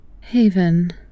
Haven